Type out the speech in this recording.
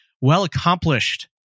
well-accomplished